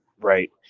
right